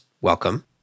Welcome